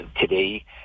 today